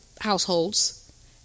households